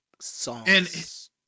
songs